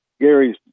Gary's